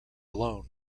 alone